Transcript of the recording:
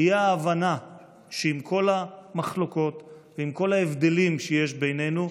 היא ההבנה שעם כל המחלוקות ועם כל ההבדלים שיש בינינו,